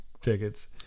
tickets